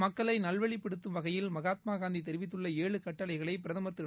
மக்களை நல்வழிப்படுத்தும் வகையில் மகாத்மா காந்தி தெரிவித்துள்ள ஏழு கட்டளைகளை பிரதம் திரு